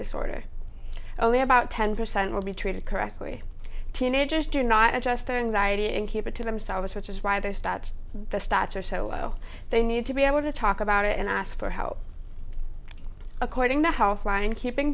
disorder only about ten percent will be treated correctly teenagers do not adjust their anxiety and keep it to themselves which is why their stats the stats are so low they need to be able to talk about it and ask for help according to how ryan keeping